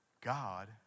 God